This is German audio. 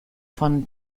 von